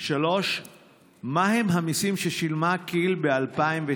3. מהם המיסים ששילמה כיל ב-2019?